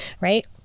right